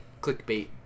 clickbait